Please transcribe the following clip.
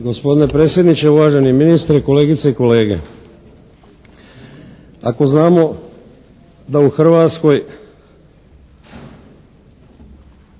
Gospodine predsjedniče, uvaženi ministre, kolegice i kolege. Ako znamo da u Hrvatskoj